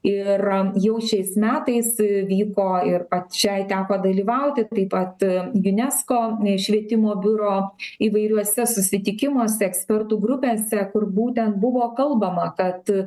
ir jau šiais metais vyko ir pačiai teko dalyvauti taip pat unesco švietimo biuro įvairiuose susitikimuose ekspertų grupėse kur būtent buvo kalbama kad